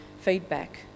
feedback